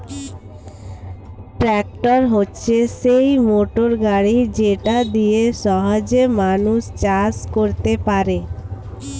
tractor হচ্ছে সেই motor গাড়ি যেটা দিয়ে সহজে মানুষ চাষ করতে পারে